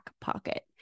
pocket